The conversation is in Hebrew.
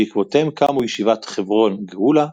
בעקבותיהם קמו ישיבת חברון-גאולה,